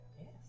Yes